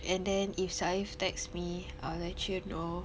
and then if Saif texts me I'll let you know